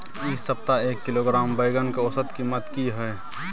इ सप्ताह एक किलोग्राम बैंगन के औसत कीमत की हय?